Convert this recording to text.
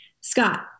scott